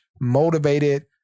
motivated